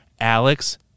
Alex